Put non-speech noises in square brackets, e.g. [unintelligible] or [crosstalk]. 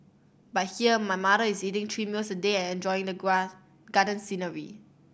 but here my mother is eating three meals a day and enjoying the [unintelligible] garden scenery